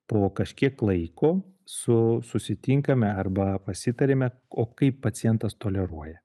po kažkiek laiko su susitinkame arba pasitariame o kaip pacientas toleruoja